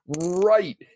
right